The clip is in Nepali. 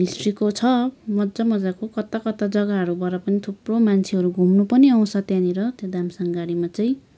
हिस्ट्रीको छ मज्जा मज्जाको कता कता जग्गाहरूबाट पनि थुप्रो मान्छेहरू घुम्न पनि आउँछन् त्यहाँनिर त्यहाँ दामसाङगढीमा चाहिँ